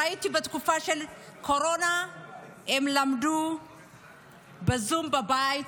ראיתי בתקופה של הקורונה שהן למדו בזום בבית.